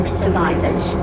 survivors